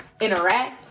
interact